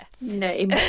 name